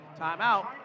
Timeout